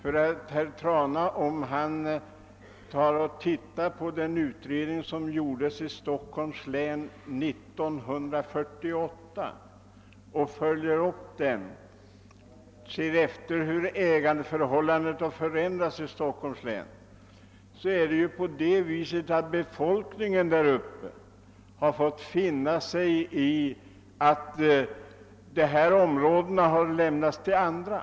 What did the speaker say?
Om herr Trana försöker följa upp den utredning som gjordes i Stockholms län år 1948 och ser efter hur ägandeförhållandena har förändrats i detta län, skall han ändock upptäcka att befolkningen där har fått finna sig i att dessa kustområden har lämnats till andra.